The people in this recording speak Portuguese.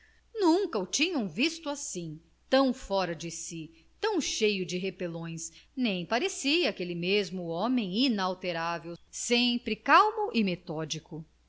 nunca o tinha visto assim tão fora de si tão cheio de repelões nem parecia aquele mesmo homem inalterável sempre calmo e metódico